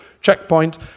checkpoint